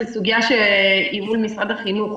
זו סוגיה שהיא מול משרד החינוך.